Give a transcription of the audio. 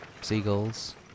Seagulls